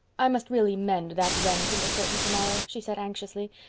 i must really mend that rent in the curtain tomorrow, she said anxiously,